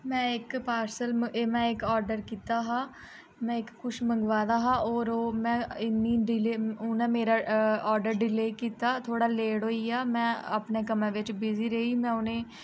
में इक पार्सल में इक आडर कीता हा में इक कुछ मंगवाए दा होर ओह् में इन्नी डिले उ'नें मेरा आडर डिले कीता थोह्ड़ा लेट होई गेआ में अपनें कम्मै बिच्च बिजी रेही में उ'नेंगी